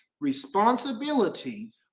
responsibility